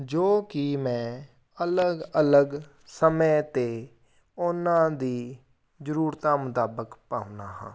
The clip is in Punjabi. ਜੋ ਕੀ ਮੈਂ ਅਲੱਗ ਅਲੱਗ ਸਮੇਂ ਤੇ ਉਨ੍ਹਾਂ ਦੀ ਜਰੂਰਤਾਂ ਮੁਤਾਬਕ ਪਾਉਣਾ ਹਾਂ